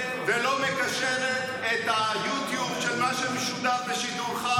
ולא מקשרת את היוטיוב של מה שמשודר בשידור חי.